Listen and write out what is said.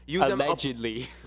allegedly